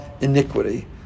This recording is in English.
iniquity